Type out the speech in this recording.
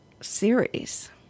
series